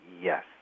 yes